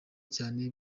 cyane